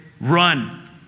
Run